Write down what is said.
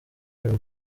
dream